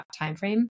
timeframe